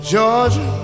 Georgia